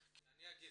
לנו,